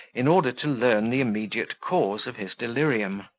in order to learn the immediate cause of his delirium.